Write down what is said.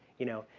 you know.